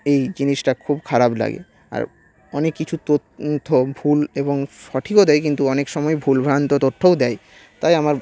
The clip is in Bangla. এই জিনিসটা খুব খারাপ লাগে আর অনেক কিছু তথ্য ভুল এবং সঠিকও দেয় কিন্তু অনেক সময় ভুলভ্রান্ত তথ্যও দেয় তাই আমার